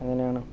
അങ്ങനെയാണ്